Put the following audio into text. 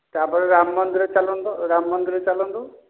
ତା'ପରେ ରାମ ମନ୍ଦିର ଚାଲନ୍ତୁ ରାମ ମନ୍ଦିର ଚାଲନ୍ତୁ